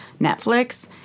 Netflix